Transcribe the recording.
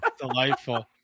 delightful